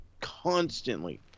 Constantly